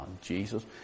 Jesus